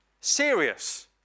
serious